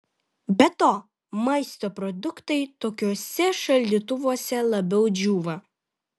be to maisto produktai tokiuose šaldytuvuose labiau džiūva